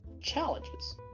challenges